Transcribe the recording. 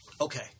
okay